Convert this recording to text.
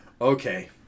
Okay